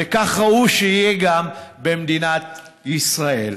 וכך ראוי שיהיה גם במדינת ישראל.